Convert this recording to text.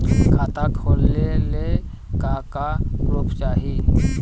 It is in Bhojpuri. खाता खोलले का का प्रूफ चाही?